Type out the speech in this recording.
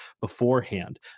beforehand